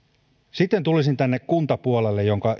sitten tulisin tänne kuntapuolelle jonka